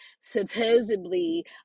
supposedly